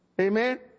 Amen